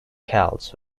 celts